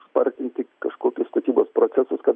spartinti kažkokius statybos procesus kad